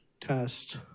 test